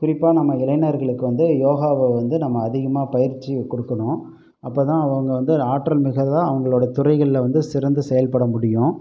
குறிப்பாக நம்ம இளைஞர்களுக்கு வந்து யோகாவை வந்து நம்ம அதிகமாக பயிற்சியை கொடுக்கணும் அப்போதான் அவங்க வந்து ஆற்றல்மிக்கதாக அவர்களோட துறைகளில் வந்து சிறந்து செயல்பட முடியும்